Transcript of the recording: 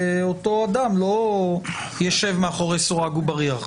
ואותו אדם לא ישב מאחורי סורג ובריח.